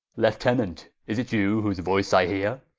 lieutenant, is it you whose voyce i heare?